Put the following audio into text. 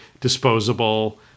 disposable